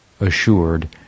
assured